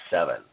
seven